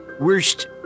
Worst